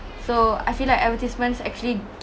so I feel like advertisements actually